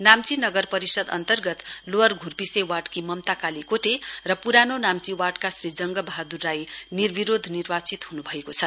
नाम्ची नगर परिषद अन्तर्गत लोवर घूर्पिसे वार्डकी ममता कालिकोटे र पुरानो नाम्ची वार्डका श्री जङ्ग बहाद्र राई निर्विरोध निर्वाचित हन्भएको छ